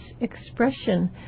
expression